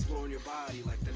your body like